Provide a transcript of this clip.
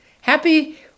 Happy